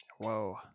Whoa